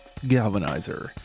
Galvanizer